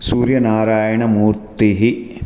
Suryanarayanamurthy